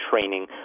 training